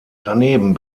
daneben